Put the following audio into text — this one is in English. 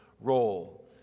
role